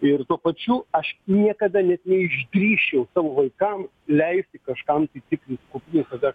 ir tuo pačiu aš niekada net neišdrįsčiau savo vaikam leisti kažkam tai tikrint kuprines ar dar